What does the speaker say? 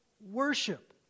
worship